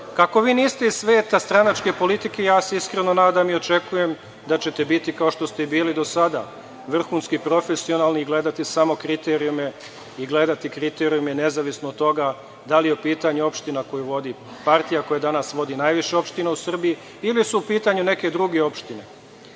vi niste iz sveta stranačke politike, ja se iskreno nadam i očekujem da ćete biti kao što ste bili i do sada, vrhunski profesionalac i gledati samo kriterijume, nezavisno od toga da li je u pitanju opština koju vodi partija koja danas vodi najviše opština u Srbiji, ili su u pitanju neke druge opštine.